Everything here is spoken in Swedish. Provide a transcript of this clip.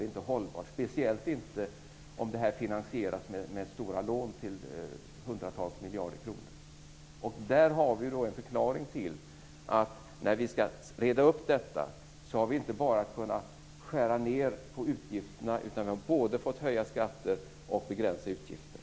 Det är inte hållbart, speciellt inte om detta finansieras med stora lån på hundratals miljarder kronor. Förklaringen är att för att kunna reda upp detta har vi inte bara kunnat skära ned på utgifterna utan vi har både fått höja skatter och begränsa utgifter.